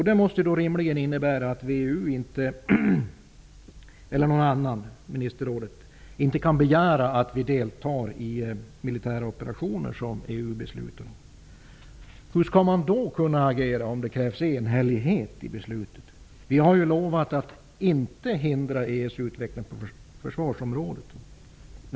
Det skulle rimligen innebära att VEU eller Ministerrådet inte kan begära att vi skall delta i de militära operationer som EU beslutar om. Hur skall man då agera om det krävs enhällighet för beslutet? Vi har ju lovat att inte hindra EU:s utveckling på försvarsområdet.